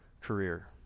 career